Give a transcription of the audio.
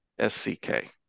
SCK